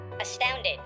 Astounded